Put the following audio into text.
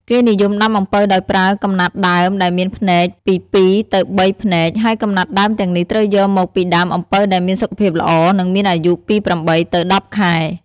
គេនិយមដាំអំពៅដោយប្រើ កំណាត់ដើម ដែលមានភ្នែក ពី ២ ទៅ ៣ ភ្នែក ហើយកំណាត់ដើមទាំងនេះត្រូវយកមកពីដើមអំពៅដែលមានសុខភាពល្អ និងមានអាយុពី ៨ ទៅ ១០ ខែ។